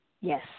Yes